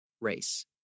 race